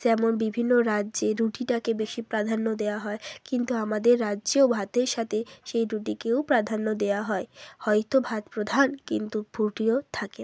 যেমন বিভিন্ন রাজ্যে রুটিটাকে বেশি প্রাধান্য দেওয়া হয় কিন্তু আমাদের রাজ্যেও ভাতের সাথে সেই রুটিকেও প্রাধান্য দেওয়া হয় হয়তো ভাত প্রধান কিন্তু রুটিও থাকে